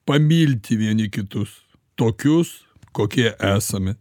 pamilti vieni kitus tokius kokie esame